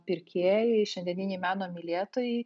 pirkėjai šiandieniniai meno mylėtojai